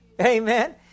Amen